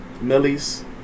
Millie's